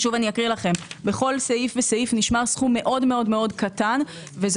אקריא לכם: בכל סעיף וסעיף נשמר סכום מאוד-מאוד קטן וזה